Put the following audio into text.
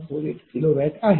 48 kW आहे